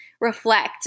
reflect